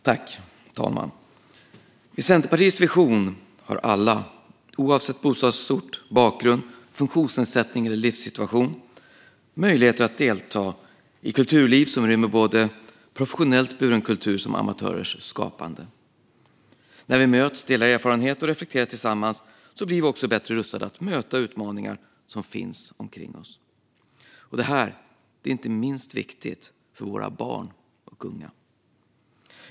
Fru talman! I Centerpartiets vision har alla, oavsett bostadsort, bakgrund, funktionsnedsättning eller livssituation, möjligheter att delta i kulturliv som rymmer både professionellt buren kultur och amatörers skapande. När vi möts, delar erfarenheter och reflekterar tillsammans blir vi också bättre rustade att möta utmaningar som finns omkring oss. Det är inte minst viktigt för våra barn och unga.